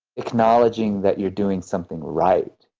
acknowledging that you're doing something right.